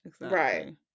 right